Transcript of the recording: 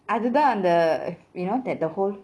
அதுதான் அந்த:athuthaan antha you know that the whole